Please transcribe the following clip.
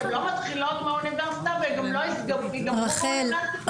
הן לא מתחילות באוניברסיטה וגם ייגמרו באוניברסיטה.